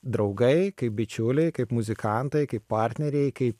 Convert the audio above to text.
draugai kaip bičiuliai kaip muzikantai kaip partneriai kaip